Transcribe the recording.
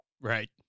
Right